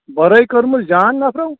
برٛٲے کٔرمٕژ جان نفرو